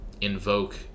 invoke